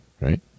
right